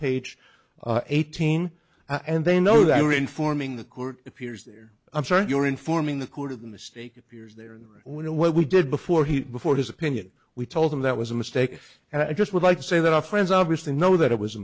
page eighteen and they know they were informing the court appears there i'm sorry your informing the court of the mistake appears there in what we did before he before his opinion we told him that was a mistake and i just would like to say that our friends obviously know that it was a